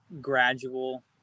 gradual